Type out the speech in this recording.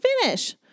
finish